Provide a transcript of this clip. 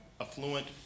affluent